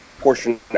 portion